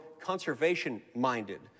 conservation-minded